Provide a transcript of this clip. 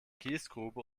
kiesgrube